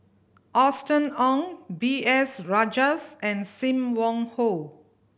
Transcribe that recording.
Austen Ong B S Rajhans and Sim Wong Hoo